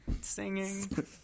singing